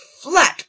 Flat